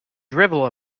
drivel